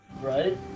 Right